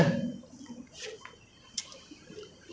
eh what is the most memorable meal that you ever had